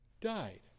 died